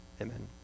Amen